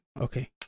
Okay